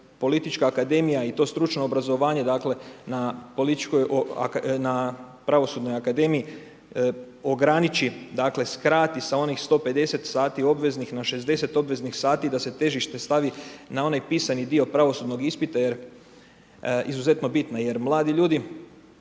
politička akademija i to stručno obrazovanje, dakle, na pravosudnoj akademiji, ograniči, dakle, srkati, sa onih 150 sati obveznih, na 60 obveznih sati, da se težište s tavi na onaj pisani dio pravosudni ispita, jer izuzetno bitno. Jer mladi ljudi,